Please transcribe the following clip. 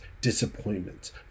disappointments